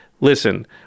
listen